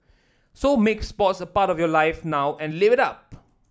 so make sports a part of your life now and live it up